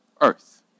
earth